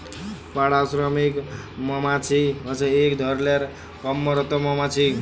পাড়া শ্রমিক মমাছি হছে ইক ধরলের কম্মরত মমাছি